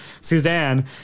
Suzanne